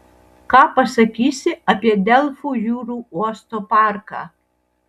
ką pasakysi apie delfų jūrų uosto parką